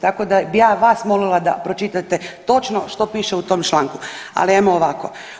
Tako da ja vas molila da pročitate točno što piše u tom članku, ali ajmo ovako.